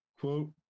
Quote